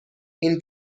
این